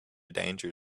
danger